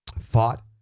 fought